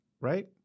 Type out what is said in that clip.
right